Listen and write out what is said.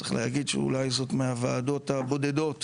צריך להגיד שאולי זאת מהוועדות הבודדות